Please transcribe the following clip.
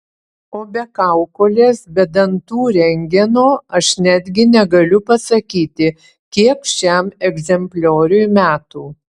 o be kaukolės be dantų rentgeno aš netgi negaliu pasakyti kiek šiam egzemplioriui metų